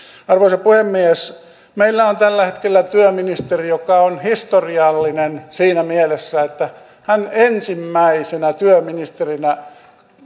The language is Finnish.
arvoisa puhemies meillä on tällä hetkellä työministeri joka on historiallinen siinä mielessä että hän ensimmäisenä työministerinä